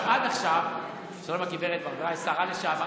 עכשיו, עד עכשיו, שלום הגב' ברביבאי, השרה לשעבר.